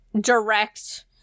direct